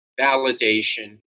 validation